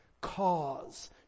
cause